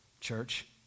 church